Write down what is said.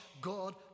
God